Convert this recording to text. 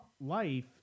life